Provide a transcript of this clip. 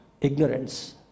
Ignorance